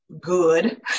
good